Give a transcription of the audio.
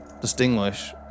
distinguish